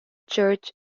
church